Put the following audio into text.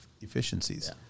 efficiencies